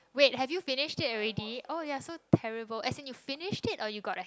wait have you finish it already oh you're so terrible as in you finish it or you got a